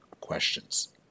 questions